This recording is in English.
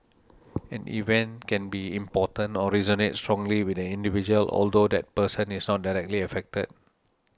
an event can be important or resonate strongly with an individual although that person is not directly affected